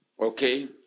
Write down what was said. okay